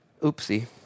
Oopsie